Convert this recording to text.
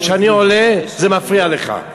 כשאני עולה זה מפריע לך.